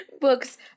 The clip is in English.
books